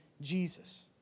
Jesus